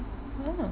hmm